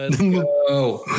go